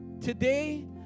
today